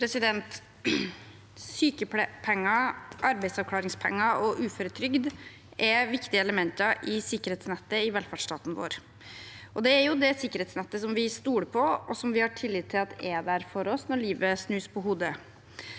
Sykepenger, arbeidsav- klaringspenger og uføretrygd er viktige elementer i sikkerhetsnettet i velferdsstaten vår. Det er det sikkerhetsnettet vi stoler på, og som vi har tillit til at er der for oss når livet snus på hodet.